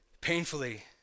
painfully